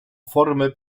formy